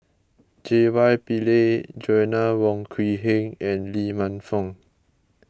J Y Pillay Joanna Wong Quee Heng and Lee Man Fong